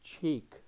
cheek